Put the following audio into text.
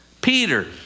Peter